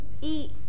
eat